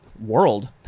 World